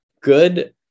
good